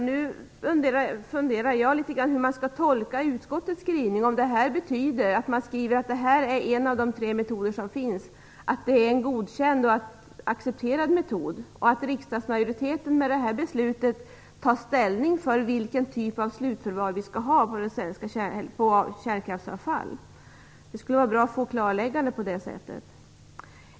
Nu funderar jag litet grand över hur man skall tolka utskottets skrivning, att detta är en av de tre metoder som finns. Betyder det att det är en godkänd och accepterad metod och att riksdagsmajoriteten med detta beslut tar ställning till vilken typ av slutförvaring vi skall ha för kärnkraftsavfall? Det skulle vara bra att få ett klarläggande i det avseendet.